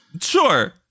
Sure